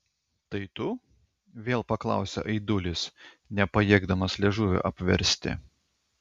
tai tu vėl paklausė aidulis nepajėgdamas liežuvio apversti